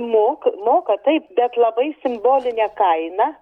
mok moka taip bet labai simbolinę kainą